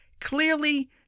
clearly